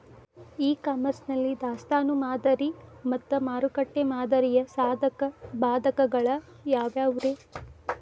E commerce ನಲ್ಲಿ ದಾಸ್ತಾನು ಮಾದರಿ ಮತ್ತ ಮಾರುಕಟ್ಟೆ ಮಾದರಿಯ ಸಾಧಕ ಬಾಧಕಗಳ ಯಾವವುರೇ?